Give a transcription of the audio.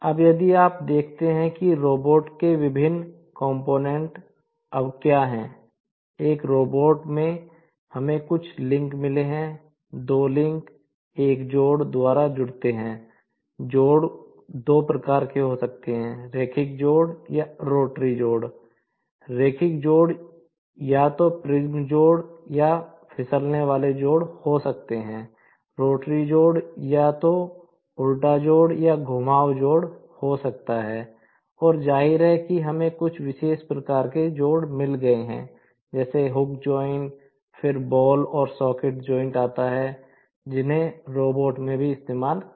अब यदि आप देखते हैं कि रोबोट में भी इस्तेमाल किया जाता है